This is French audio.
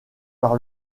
par